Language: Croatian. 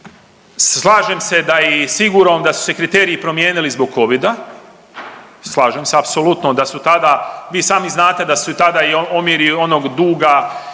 slažem se i sigurno da su se kriteriji promijenili zbog covida, slažem se apsolutno. Da su tada, vi i sami znate da su omjeri i onog duga